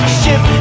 ship